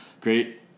great